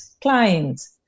clients